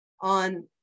on